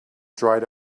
dried